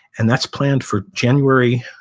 and that's planned for january,